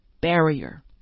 barrier